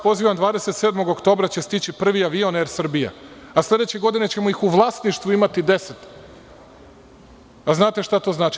Pozivam vas, 27. oktobra će stići prvi avion „Er Srbija“, a sledeće godine ćemo ih u vlasništvu imati deset, a znate šta to znači.